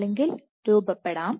അല്ലെങ്കിൽ രൂപപ്പെടാം